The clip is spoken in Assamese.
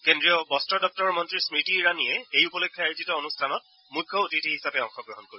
কেন্দ্ৰীয় বস্তমন্ত্ৰী স্মৃতি ইৰাণীয়ে এই উপলক্ষে আয়োজিত অনুষ্ঠানত মুখ্য অতিথি হিচাপে অংশগ্ৰহণ কৰিব